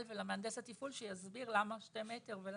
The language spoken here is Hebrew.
ולמהנדס התפעול שיסביר למה שני מטרים?